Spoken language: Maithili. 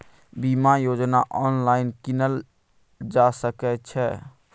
बीमा योजना ऑनलाइन कीनल जा सकै छै?